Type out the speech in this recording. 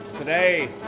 Today